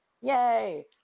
Yay